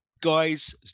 guys